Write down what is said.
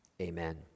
Amen